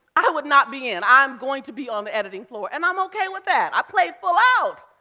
i would not be in. i'm going to be on the editing floor, and i'm okay with that. i played full out.